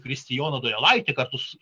kristijoną donelaitį kartu su